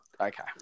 Okay